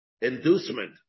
inducement